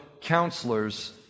counselors